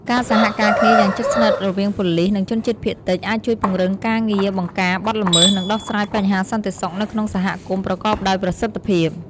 ការសហការគ្នាយ៉ាងជិតស្និទ្ធរវាងប៉ូលិស និងជនជាតិភាគតិច អាចជួយពង្រឹងការងារបង្ការបទល្មើស និងដោះស្រាយបញ្ហាសន្តិសុខនៅក្នុងសហគមន៍ប្រកបដោយប្រសិទ្ធភាព។